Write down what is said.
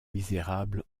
misérable